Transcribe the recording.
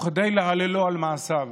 וכדי להללו על מעשיו.